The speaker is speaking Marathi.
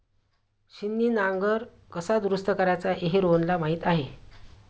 छिन्नी नांगर कसा दुरुस्त करायचा हे रोहनला माहीत आहे